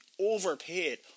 overpaid